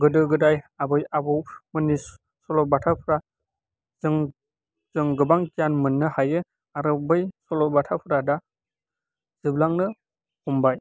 गोदो गोदाय आबै आबौमोननि सल'बाथाफ्रा जों जों गोबां गियान मोन्नो हायो आरो बै सल'बाथाफ्रा दा जोबलांनो हमबाय